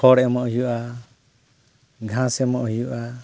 ᱠᱷᱚᱲ ᱮᱢᱚᱜ ᱦᱩᱭᱩᱜᱼᱟ ᱜᱷᱟᱸᱥ ᱮᱢᱚᱜ ᱦᱩᱭᱩᱜᱼᱟ